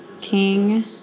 King